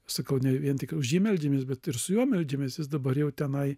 sakau ne vien tik už jį meldžiamės bet ir su juo meldžiamės jis dabar jau tenai